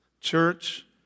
church